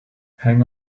hang